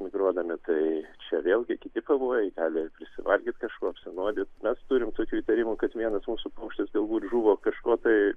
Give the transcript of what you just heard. migruodami tai čia vėlgi kiti pavojai gali prisivalgyti kažko apsinuodyt mes turim tokių įtarimų kad vienas mūsų paukštis galbūt žuvo kažko tai